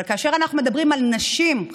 אבל כאשר אנחנו מדברים על נשים,